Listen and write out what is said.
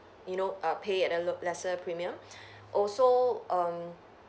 you know uh pay at a lo~ lesser premium also um